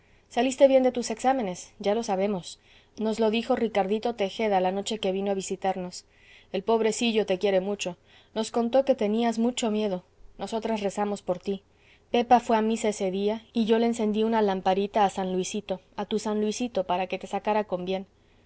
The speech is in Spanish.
saliste bien de tus exámenes ya lo sabemos nos lo dijo ricardito tejeda la noche que vino a visitarnos el pobrecillo te quiere mucho nos contó que tenías mucho miedo nosotras rezamos por tí pepa fué a misa ese día y yo le encendí una lamparita a san luisito a tu san luisito para que te sacara con bien